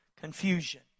confusion